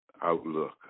Outlook